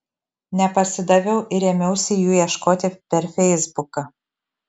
nepasidaviau ir ėmiausi jų ieškoti per feisbuką